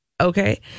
Okay